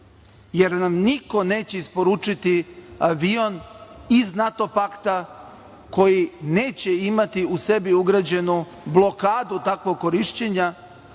jer nam niko neće isporučiti avion iz NATO pakta koji neće imati u sebi ugrađenu blokadu takvog korišćenja,